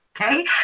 okay